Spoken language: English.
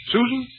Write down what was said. Susan